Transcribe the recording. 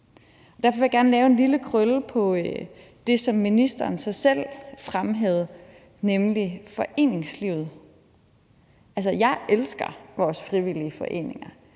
Derfor vil jeg gerne lave en lille krølle på det, som ministeren selv fremhævede, nemlig foreningslivet. Jeg elsker vores frivillige foreninger.